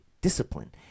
discipline